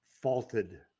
faulted –